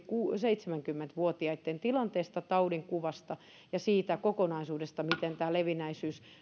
seitsemänkymmentä vuotiaiden tilanteesta taudinkuvasta ja siitä kokonaisuudesta miten tämä levinneisyys